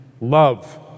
love